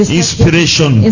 inspiration